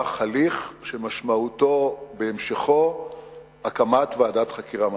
הליך שמשמעותו בהמשכו ועדת חקירה ממלכתית.